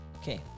Okay